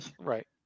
Right